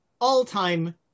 all-time